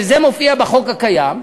שזה מופיע בחוק הקיים,